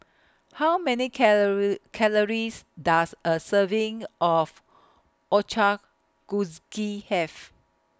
How Many Calories Does A Serving of Ochazuke Have